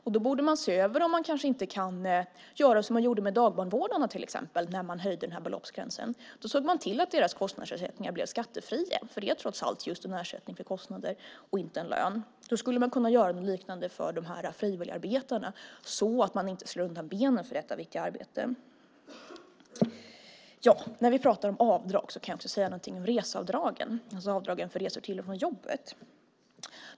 Man borde se över om man inte kan göra som man gjorde med till exempel dagbarnvårdarna när man höjde beloppsgränsen. Då såg man till att deras kostnadsersättningar blev skattefria. Det är trots allt en ersättning för kostnader och inte en lön. Man skulle kunna göra något liknande för frivilligarbetarna så att man inte slår undan benen för detta viktiga arbete. När vi talar om avdrag kan jag också säga något om reseavdragen. Det är avdragen för resor till och från jobbet.